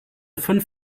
fünf